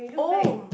oh